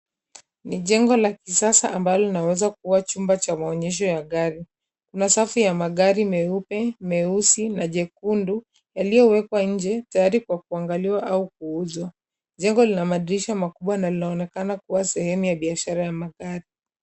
Jengo la kisasa ambalo linaweza kuwa chumba cha maonyesho cha gari, kuna safu ya magari meupe, meusi, na jekundu, yakiowekwa nje, tayari kwa kuangaliwa, au kuuzwa. Jengo lina madirisha makubwa na linaonekana kuwa sehemu ya biashara ya magari.